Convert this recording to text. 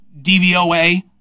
DVOA